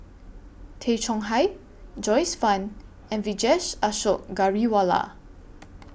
Tay Chong Hai Joyce fan and Vijesh Ashok Ghariwala